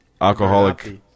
Alcoholic